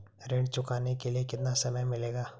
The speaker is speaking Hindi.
ऋण चुकाने के लिए कितना समय मिलेगा?